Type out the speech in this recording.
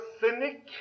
cynic